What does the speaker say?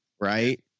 right